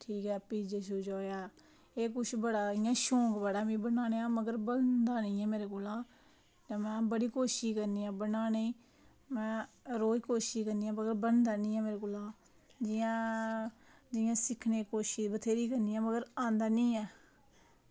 ठीक ऐ पिज्जा होइया एह् सबकुछ शौक बड़ा बनाने दा पर बनदा निं ऐ मेरे कोला ते में बड़ी कोशिश करनी आं बनाने दी में रोज़ कोशिश करनी आं पर बनदा निं ऐ मेरे कोला जियां सिक्खने दी कोशिश बथ्हेरी करनी पर आंदा निं ऐ